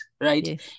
right